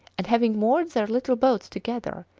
and, having moored their little boats together,